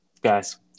guys